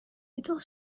little